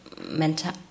mental